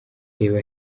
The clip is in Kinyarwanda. reba